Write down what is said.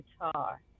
guitar